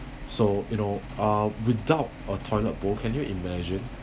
so you know uh without a toilet bowl can you imagine